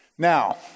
Now